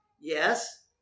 Yes